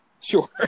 Sure